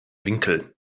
winkel